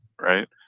right